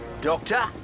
Doctor